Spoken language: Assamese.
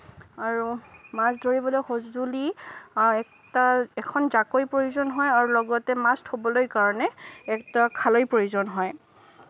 আৰু মাছ ধৰিবলৈ সজুলি এখন জাকৈৰ প্ৰয়োজন হয় আৰু লগতে মাছ থ'বলৈ কাৰণে এটা খালৈৰ প্ৰয়োজন হয়